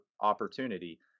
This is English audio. opportunity